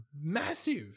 massive